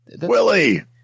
Willie